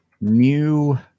new